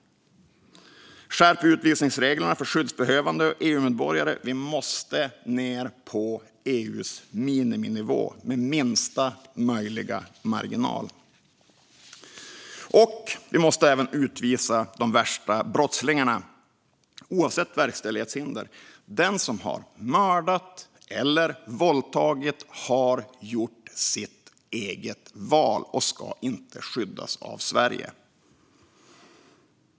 Vi behöver skärpa utvisningsreglerna för skyddsbehövande och EU-medborgare. Vi måste ned på EU:s miniminivå med minsta möjliga marginal. Vi måste även utvisa de värsta brottslingarna, oavsett verkställighetshinder. Den som har mördat eller våldtagit har gjort sitt eget val och ska inte skyddas av Sverige.